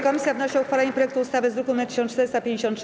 Komisja wnosi o uchwalenie projektu ustawy z druku nr 1453.